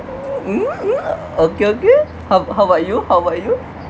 mm mm okay okay how how about you how about you